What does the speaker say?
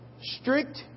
strict